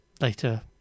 later